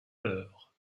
peur